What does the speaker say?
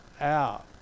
out